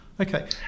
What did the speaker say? Okay